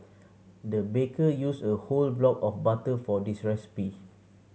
the baker used a whole block of butter for this recipe